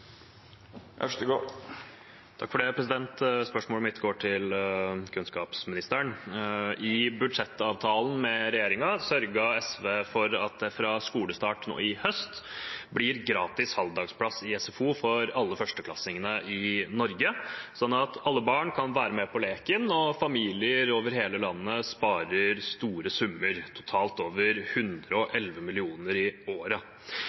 at det fra skolestart nå i høst blir gratis halvdagsplass i SFO for alle førsteklassinger i Norge, slik at alle barn kan være med på leken og familier over hele landet spare store summer – totalt over 111 mill. kr i året.